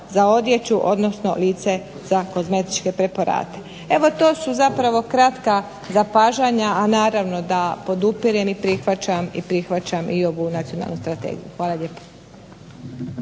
za odjeću, odnosno lice za kozmetičke preparate. Evo, to su zapravo kratka zapažanja, a naravno da podupirem i prihvaćam i ovu nacionalnu strategiju. Hvala lijepo.